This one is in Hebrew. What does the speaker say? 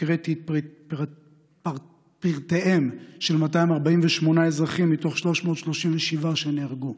הקראתי את פרטיהם של 248 אזרחים מתוך 337 שנהרגו.